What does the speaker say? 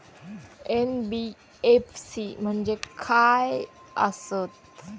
NBFC म्हणजे खाय आसत?